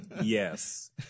Yes